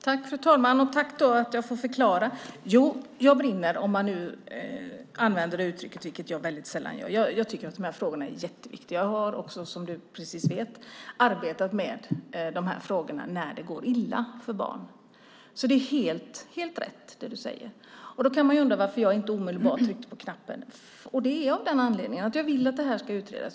Fru talman! Tack för att jag får förklara! Jo, jag brinner för de här frågorna, för att använda det uttrycket, vilket jag väldigt sällan gör. Jag tycker att de är jätteviktiga. Jag har också, som LiseLotte Olsson vet, arbetat med de här frågorna när det går illa för barn, så det är helt rätt det du säger. Då kan man undra varför jag inte omedelbart trycker på knappen. Det är av den anledningen att jag vill att det här ska utredas.